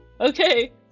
Okay